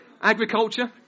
Agriculture